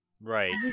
Right